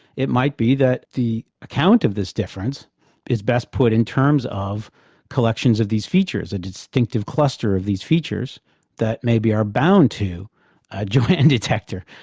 it might be that the account of this difference is best put in terms of collections of these features, a distinctive cluster of these features that maybe are bound to a joanne detector,